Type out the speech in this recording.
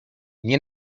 nie